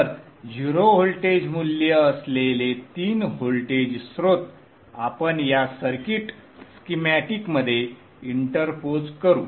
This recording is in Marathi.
तर 0 व्होल्टेज मूल्य असलेले तीन व्होल्टेज स्त्रोत आपण या सर्किट स्कीमॅटिकमध्ये इंटरपोज करू